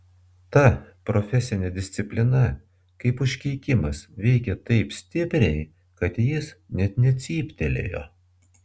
ta profesinė disciplina kaip užkeikimas veikė taip stipriai kad jis net necyptelėjo